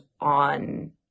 on